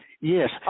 Yes